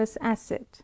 acid